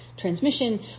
transmission